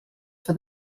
for